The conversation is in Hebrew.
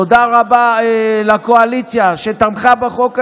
תודה רבה לקואליציה שתמכה בחוק הזה,